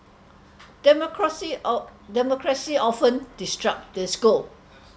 democracy of~ democracy often disrupt this goal